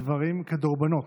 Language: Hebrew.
דברים כדורבנות.